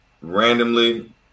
Randomly